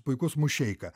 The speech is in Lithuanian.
puikus mušeika